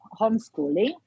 homeschooling